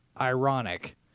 ironic